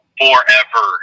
forever